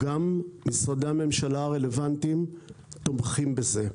גם משרדי הממשלה הרלוונטיים תומכים בזה.